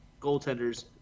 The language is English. goaltenders